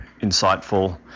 insightful